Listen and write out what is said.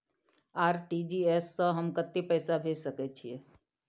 RTG S स हम कत्ते पैसा भेज सकै छीयै?